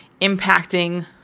impacting